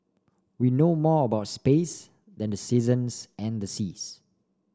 we know more about space than the seasons and the seas